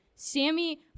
Sammy